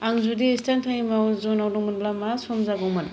आं जुदि eastern time जनाव दंमोनब्ला मा सम जागौमोन